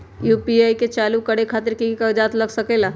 UPI के चालु करे खातीर कि की कागज़ात लग सकेला?